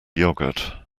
yogurt